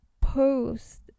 post